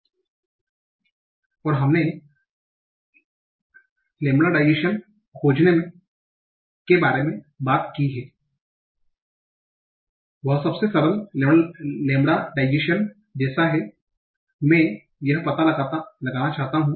याद रखें कि हम जिस विभिन्न रूपात्मक विश्लेषण के बारे में बात करते हैं हमने लैम्बडाइज़ेशन खोजने के बारे में बात की वह सबसे सरल लैम्बडाइज़ेशन जैसा है